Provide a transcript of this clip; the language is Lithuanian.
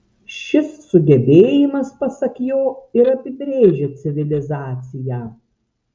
šis sugebėjimas pasak jo ir apibrėžia civilizaciją